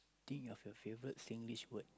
think of your favourite Singlish word